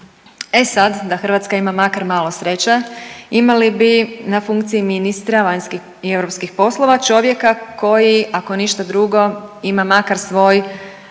E sad, da Hrvatska ima makar malo sreće imali bi na funkciji ministra vanjskih i europskih poslova čovjeka koji ako ništa drugo ima makar svoj